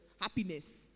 happiness